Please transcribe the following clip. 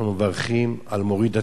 מברכים על מוריד הטל.